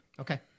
Okay